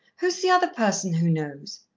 who's the other person who knows?